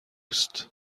است